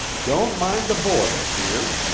don't mind the boys, dear,